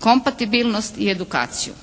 kompatibilnost i edukaciju.